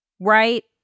right